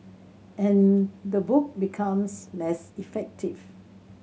and the book becomes less effective